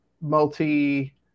multi